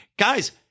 Guys